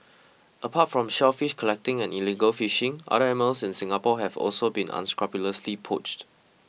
apart from shellfish collecting and illegal fishing other animals in Singapore have also been unscrupulously poached